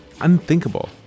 unthinkable